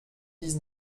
dix